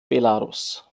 belarus